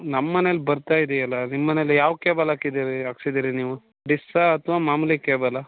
ನಮ್ಮ ಮನೇಲಿ ಬರ್ತಾ ಇದಿಯಲ್ಲ ನಿಮ್ಮ ಮನೇಲಿ ಯಾವ ಕೇಬಲ್ ಹಾಕಿದಿರಿ ಹಾಕ್ಸಿದಿರಿ ನೀವು ಡಿಸ್ಸಾ ಅಥವಾ ಮಾಮೂಲಿ ಕೇಬಲ್ಲಾ